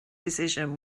decision